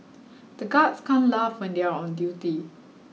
the guards can't laugh when they are on duty